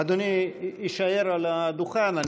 אדוני יישאר על הדוכן.